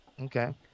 Okay